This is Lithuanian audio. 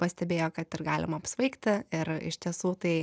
pastebėjo kad ir galima apsvaigti ir iš tiesų tai